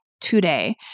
today